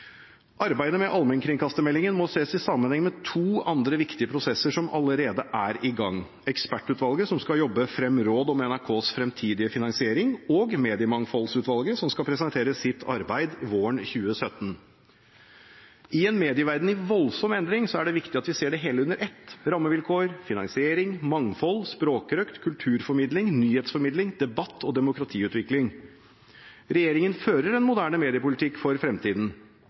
Arbeidet med allmennkringkastingsmeldingen må ses i sammenheng med to andre viktige prosesser som allerede er i gang: ekspertutvalget som skal jobbe frem råd om NRKs fremtidige finansiering, og Mediemangfoldsutvalget som skal presentere sitt arbeid våren 2017. I en medieverden i voldsom endring er det viktig at vi ser det hele under ett: rammevilkår, finansiering, mangfold, språkrøkt, kulturformidling, nyhetsformidling, debatt og demokratiutvikling. Regjeringen fører en moderne mediepolitikk for fremtiden.